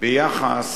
ביחס